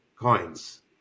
coins